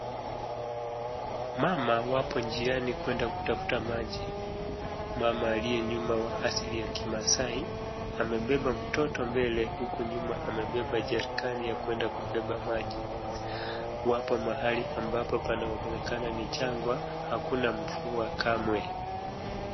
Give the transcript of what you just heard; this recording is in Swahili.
Mama wapo njiani kuenda kutafuta maji. Mama aliyenyuma wa asili ya kiMaasai amebeba mtoto mbele huku nyuma amebeba jerikani ya kuenda kubeba maji. Wapo mahali ambapo panaonekana ni jangwa hakuna mvua kamwe.